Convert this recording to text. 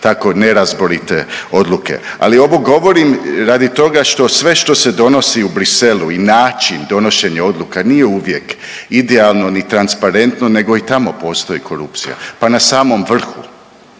tako nerazborite odluke. Ali ovo govorim radi toga što sve što se donosi u Bruxellesu i način donošenja odluka nije uvijek idealno ni transparentno nego i tamo postoji korupcija, pa na samom vrhu.